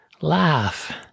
Laugh